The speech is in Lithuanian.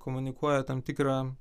komunikuoja tam tikrą